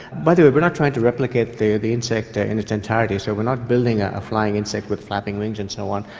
by the way we're not trying to replicate the the insect in its entirety, so we're not building ah a flying insect with flapping wings and so on.